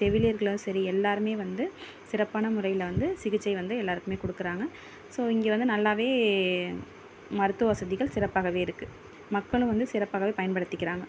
செவிலியர்களும் சரி எல்லோருமே வந்து சிறப்பான முறையில வந்து சிகிச்சை வந்து எல்லோருக்குமே கொடுக்குறாங்க ஸோ இங்கே வந்து நல்லா மருத்துவ வசதிகள் சிறப்பாகவே இருக்குது மக்களும் வந்து சிறப்பாகவே பயன்படுத்திக்கிறாங்க